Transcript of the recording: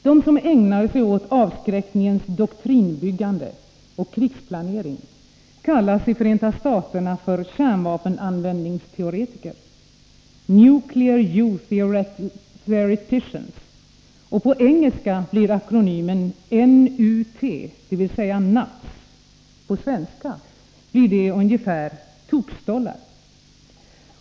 De som ägnar sig åt avskräckningens doktrinbyggande och krigsplanering kallas i Förenta staterna för ”kärnvapenanvändningsteoretiker”, Nuclear Use Theoreticians. På engelska blir akronymen NUT, dvs. ”nuts”. På svenska blir detta ungefär ”tokstollar”.